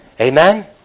Amen